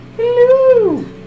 HELLO